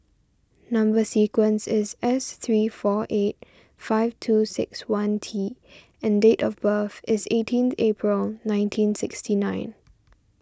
Number Sequence is S three four eight five two six one T and date of birth is eighteenth April nineteen sixty nine